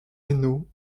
hainaut